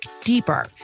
deeper